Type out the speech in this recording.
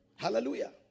Hallelujah